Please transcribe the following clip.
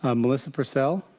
um melissa purcell?